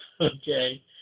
okay